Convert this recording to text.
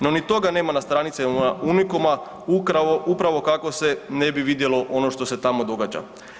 No ni toga nema na stranicama „Unikoma“ upravo kako se ne bi vidjelo ono što se tamo događa.